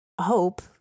hope